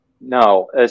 No